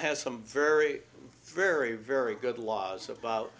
have some very very very good laws about